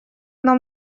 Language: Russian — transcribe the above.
нам